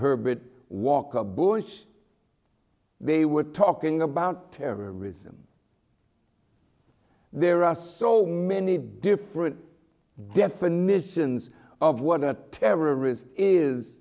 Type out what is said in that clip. herbert walker bush they were talking about terrorism there are so many different definitions of what a terrorist is